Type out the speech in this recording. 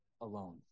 alone